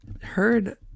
heard